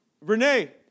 Renee